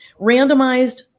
randomized